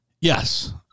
Yes